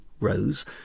Rose